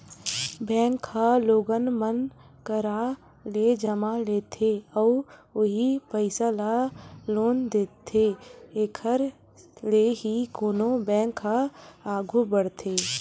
bank ह लोगन मन करा ले जमा लेथे अउ उहीं पइसा ल लोन देथे एखर ले ही कोनो बेंक ह आघू बड़थे